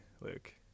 luke